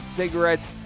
cigarettes